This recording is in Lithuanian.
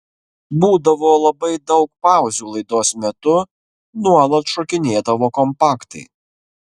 būdavo labai daug pauzių laidos metu nuolat šokinėdavo kompaktai